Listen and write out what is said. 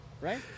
right